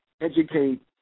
educate